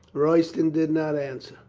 royston did not answer.